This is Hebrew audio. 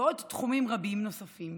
ועוד תחומים רבים ונוספים,